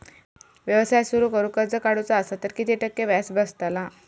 व्यवसाय सुरु करूक कर्ज काढूचा असा तर किती टक्के व्याज बसतला?